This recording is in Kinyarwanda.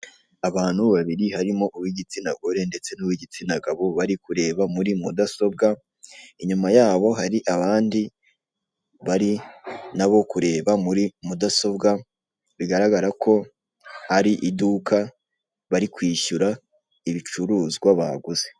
Abantu babiri harimo uw'igitsina gore ndete nuw'igitsina gabo bari kureba muri mudasobwa, inyuma yabo hari abandi bari nabo kureba muri mudasobwa. Bigaragara ko ari iduka, bari kwishyura ibicuruzwa baguze.